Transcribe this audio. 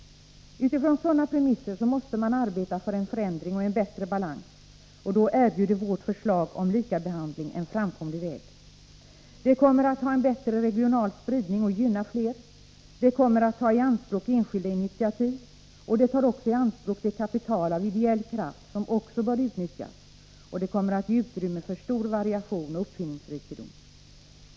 Utifrån sådana premisser måste man arbeta för en förändring och en bättre balans, och då erbjuder vårt förslag om likabehandling en framkomlig väg. Det kommer att ha en bättre regional spridning och gynna fler, det kommer att ta i anspråk enskilda initiativ, det tar också i anspråk det kapital av ideell kraft som bör utnyttjas, och det kommer att ge utrymme för stor variation och uppfinningsrikedom.